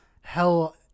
hell